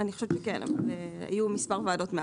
אני חושבת שכן אבל מאז היו מספר ועדות.